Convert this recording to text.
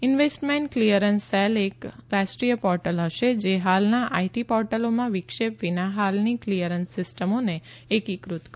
investment clearance cell એક રાષ્ટ્રીય portal હશે જે હાલના આઇટી પોર્ટલોમાં વિક્ષેપ વિના હાલની ક્લિયરન્સ સિસ્ટમોને એકીકૃત કરે છે